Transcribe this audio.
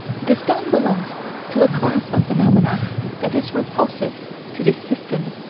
the stone belongs to a class of phenomena that is repulsive to the system.